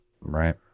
Right